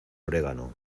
orégano